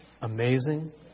amazing